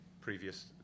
previous